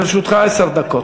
לרשותך עשר דקות.